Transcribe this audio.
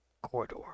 corridor